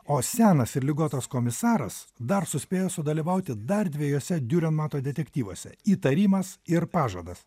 o senas ir ligotas komisaras dar suspėjo sudalyvauti dar dviejuose diurenmato detektyvuose įtarimas ir pažadas